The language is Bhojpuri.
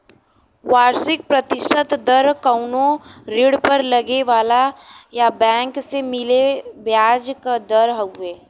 वार्षिक प्रतिशत दर कउनो ऋण पर लगे वाला या बैंक से मिले ब्याज क दर हउवे